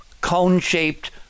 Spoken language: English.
cone-shaped